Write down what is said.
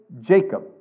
Jacob